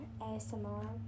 ASMR